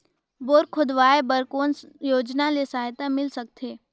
Bore खोदवाय बर कौन योजना ले सहायता मिल सकथे?